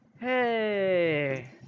Hey